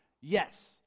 Yes